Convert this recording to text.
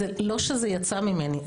לא שזה יצא ממני,